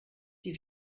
die